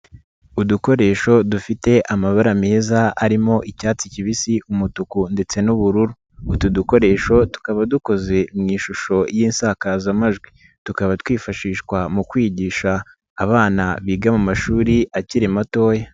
Udukoresho dufite amabara meza arimo icyatsi kibisi, umutuku ndetse n'ubururu, utu dukoresho tukaba dukoze mu ishusho y'insakazamajwi tukaba twifashishwa mu kwigisha abana biga mu mashuri akiri matoya.